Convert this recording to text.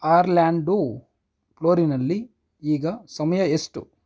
Orlando ಪ್ಲೋರಿನಲ್ಲಿ ಈಗ ಸಮಯ ಎಷ್ಟು